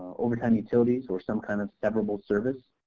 overtime utilities or some kind of severable service.